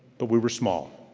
but we were small.